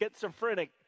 schizophrenic